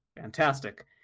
fantastic